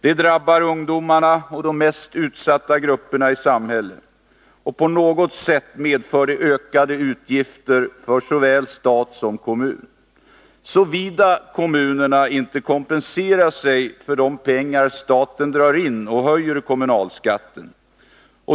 Detta drabbar ungdomarna och de mest utsatta grupperna i samhället, och på något sätt medför det ökade utgifter för såväl stat som kommun — såvida kommunerna inte kompenserar sig för de pengar staten drar in och höjer kommunalskatten.